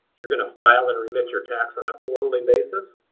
you're going to file and remit your tax on a quarterly basis.